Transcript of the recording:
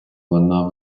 вона